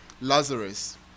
Lazarus